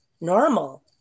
normal